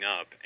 up